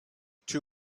two